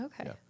Okay